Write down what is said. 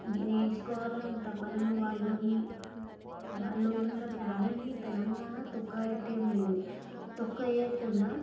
నేర్చుకోవాలి అన తపనను వాళ్ళలోని వాళ్ళలో ఉన్న టాలెంట్ని తెలంగాణ తొక్కయ్యటేం లేదు తొక్కయ్యకుండా